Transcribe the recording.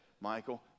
Michael